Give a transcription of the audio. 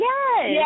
Yes